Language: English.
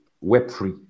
web-free